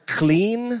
clean